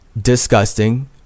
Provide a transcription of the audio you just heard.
disgusting